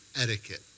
etiquette